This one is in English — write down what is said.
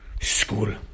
school